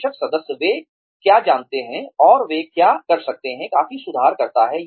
बेशक सदस्य वे क्या जानते हैं और वे क्या कर सकते हैं काफी सुधार करता है